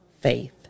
faith